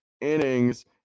innings